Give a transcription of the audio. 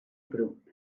grŵp